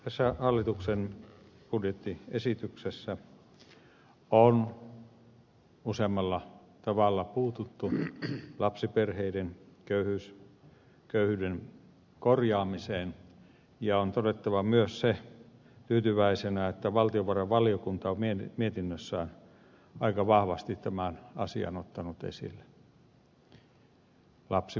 tässä hallituksen budjettiesityksessä on usealla tavalla puututtu lapsiperheiden köyhyyden korjaamiseen ja on todettava tyytyväisenä myös se että valtiovarainvaliokunta on mietinnössään aika vahvasti tämän asian ottanut esille